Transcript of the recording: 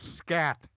scat